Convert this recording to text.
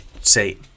say